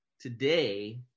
Today